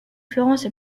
florence